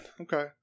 Okay